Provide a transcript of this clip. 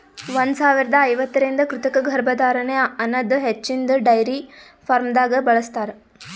ಒಂದ್ ಸಾವಿರದಾ ಐವತ್ತರಿಂದ ಕೃತಕ ಗರ್ಭಧಾರಣೆ ಅನದ್ ಹಚ್ಚಿನ್ದ ಡೈರಿ ಫಾರ್ಮ್ದಾಗ್ ಬಳ್ಸತಾರ್